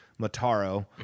Mataro